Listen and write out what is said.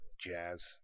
jazz